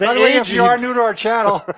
the way, if you are new to our channel,